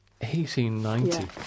1890